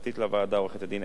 עורכת-הדין אתי בנדלר,